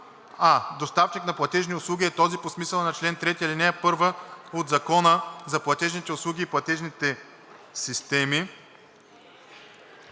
а) „доставчик на платежни услуги“ е този по смисъла на чл. 3, ал. 1 от Закона за платежните услуги и платежните системи;